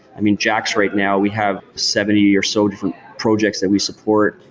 i mean, jaxx right now we have seventy or so different projects that we support.